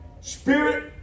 spirit